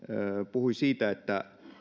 puhui siitä että